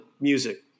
music